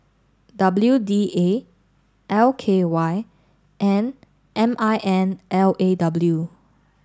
W D A L K Y and M I N L A W